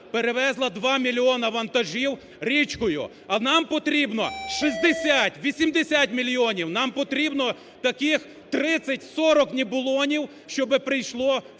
перевезла 2 мільйона вантажів річкою. А нам потрібно 60-80 мільйонів, нам потрібно таких 30-40 "нібулонів", щоб прийшло, вкладало